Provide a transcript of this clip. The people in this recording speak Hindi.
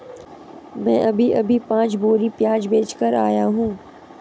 मैं अभी अभी पांच बोरी प्याज बेच कर आया हूं